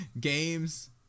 Games